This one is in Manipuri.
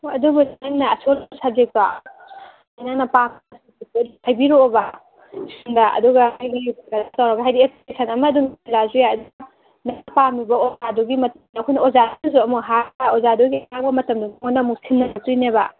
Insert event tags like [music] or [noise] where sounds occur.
ꯍꯣꯏ ꯑꯗꯨꯕꯨꯗꯤ ꯅꯪꯅ ꯑꯁꯣꯟꯕ ꯁꯕꯖꯦꯛꯇꯣ ꯅꯪꯅ [unintelligible] ꯍꯥꯏꯕꯤꯔꯛꯑꯣꯕ ꯁ꯭ꯀꯨꯜꯗ ꯑꯗꯨꯒ ꯍꯥꯏꯗꯤ ꯀꯩꯅꯣ ꯇꯧꯔꯒ ꯍꯥꯏꯗꯤ ꯑꯦꯄ꯭ꯂꯤꯀꯦꯁꯟ ꯑꯃ ꯑꯗꯨꯝ [unintelligible] ꯌꯥꯏ ꯅꯪꯅ ꯄꯥꯝꯂꯤꯕ ꯑꯣꯖꯥꯗꯨꯒꯤ ꯃꯇꯨꯡ ꯏꯟꯅ ꯑꯩꯈꯣꯏꯅ ꯑꯣꯖꯥꯁꯤꯡꯗꯁꯨ ꯑꯃꯨꯛ ꯍꯥꯏꯔꯒ ꯑꯣꯖꯥꯗꯨꯒꯤ ꯑꯍꯥꯡꯕ ꯃꯇꯝꯗꯣ ꯑꯩꯉꯣꯟꯗ ꯑꯃꯨꯛ ꯁꯤꯟꯅꯔꯛꯇꯣꯏꯅꯦꯕ